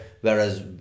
Whereas